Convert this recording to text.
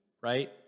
right